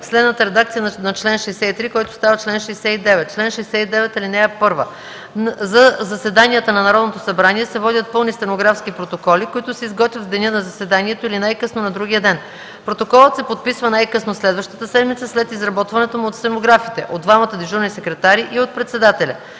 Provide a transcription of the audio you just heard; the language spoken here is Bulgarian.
следната редакция на чл. 63, който става чл. 69: „Чл. 69. (1) За заседанията на Народното събрание се водят пълни стенографски протоколи, които се изготвят в деня на заседанието или най-късно на другия ден. Протоколът се подписва най-късно следващата седмица след изработването му от стенографите, от двамата дежурни секретари и от председателя.